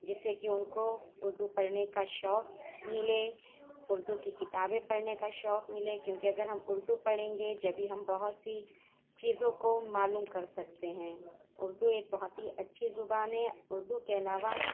جس سے کہ ان کو اردو پڑھنے کا شوق ملے اردو کی کتابیں پڑھنے کا شوق ملے کیوں کہ اگر ہم اردو پڑھیں گے جبھی ہم بہت سی چیزوں کو معلوم کر سکتے ہیں اردو ایک بہت ہی اچھی زبان ہے اردو کے علاوہ